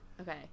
Okay